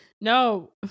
no